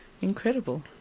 Incredible